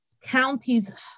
counties